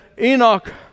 Enoch